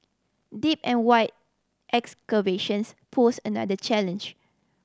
deep and wide excavations posed another challenge